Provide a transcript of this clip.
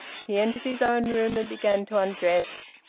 he entered his own room and began to undress,